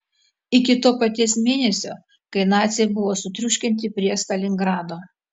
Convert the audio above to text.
iki to paties mėnesio kai naciai buvo sutriuškinti prie stalingrado